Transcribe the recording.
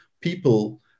people